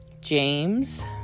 James